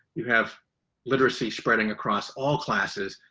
you have literacy spreading across all classes,